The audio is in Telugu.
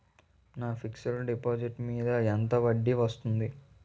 నా ఫిక్సడ్ డిపాజిట్ మీద ఎంత వడ్డీ వస్తుంది?